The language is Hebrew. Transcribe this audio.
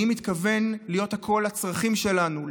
אני מתכוון להיות הקול לצרכים שלנו,